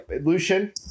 Lucian